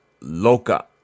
Loca